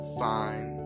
fine